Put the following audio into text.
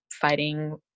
fighting